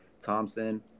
Thompson